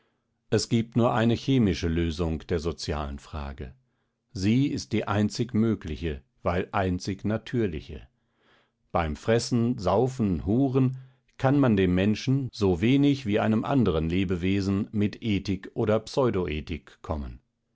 es gibt nur eine chemische lösung der sozialen frage sie ist die einzig mögliche weil einzig natürliche beim fressen saufen huren kann man dem menschen so wenig wie einem anderen lebewesen mit ethik oder pseudoethik kommen